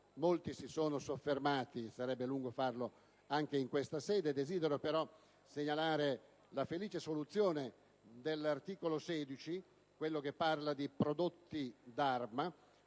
senatori si sono soffermati, e sarebbe lungo farlo anche in questa sede. Desidero però segnalare la felice soluzione dell'articolo 16, che parla di prodotti d'arma,